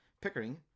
Pickering